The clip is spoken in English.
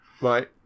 Right